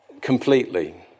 completely